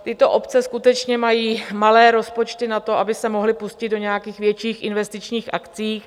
Tyto obce skutečně mají malé rozpočty na to, aby se mohly pustit do nějakých větších investičních akcí.